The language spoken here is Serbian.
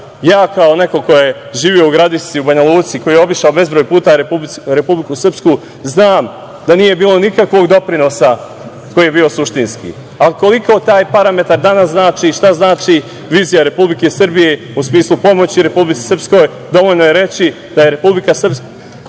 Ja kao neko ko je živeo u Gradiški u Banjaluci, koji je obišao bezbroj puta Republiku Srpsku, znam da nije bilo nikakvog doprinosa koji je bio suštinski. Koliko taj parametar danas znači i šta znači vizija Republike Srbije u smislu pomoći Republici Srpskoj, dovoljno je reći da je Republika Srbija